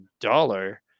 dollar